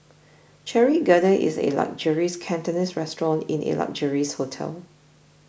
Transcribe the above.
Cherry Garden is a luxurious Cantonese restaurant in a luxurious hotel